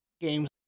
games